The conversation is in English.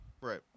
Right